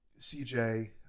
CJ